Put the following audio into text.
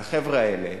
והחבר'ה האלה